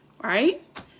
right